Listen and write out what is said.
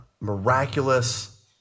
miraculous